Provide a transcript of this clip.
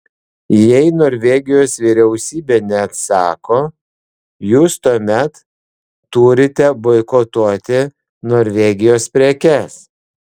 jei norvegijos vyriausybė neatsako jūs tuomet turite boikotuoti norvegijos prekes